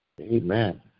Amen